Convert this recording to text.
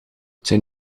zijn